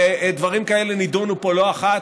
ודברים כאלה נדונו פה לא אחת,